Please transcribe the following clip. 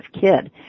kid